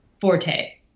forte